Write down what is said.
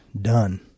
done